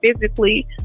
physically